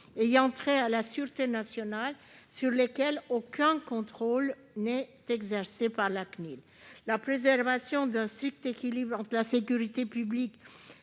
ayant trait à la sûreté nationale sur lesquels aucun contrôle n'est exercé par la CNIL. La préservation d'un strict équilibre entre la sécurité publique,